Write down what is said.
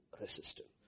resistance